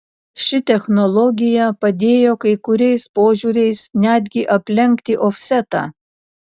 ši technologija padėjo kai kuriais požiūriais netgi aplenkti ofsetą